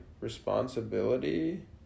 responsibility